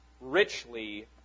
richly